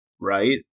right